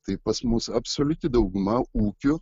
tai pas mus absoliuti dauguma ūkių